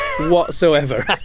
whatsoever